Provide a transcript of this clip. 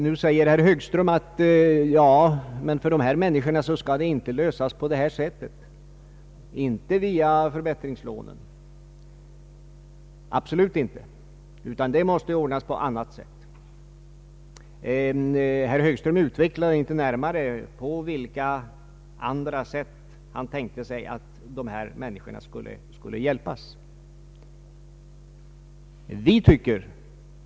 Nu säger herr Högström att de problem som jag har talat om absolut inte skall lösas via förbättringslån utan på annat sätt. Herr Högström utvecklade inte närmare vilka andra sätt han tänkte sig.